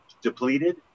depleted